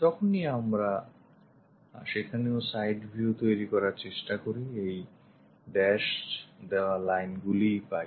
যখনই আমরা সেখানেও side view তৈরী করার চেষ্টা করি এই dash দেওয়া line গুলিই পাই